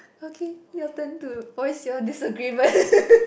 okay your turn to voice your disagreement